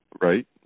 right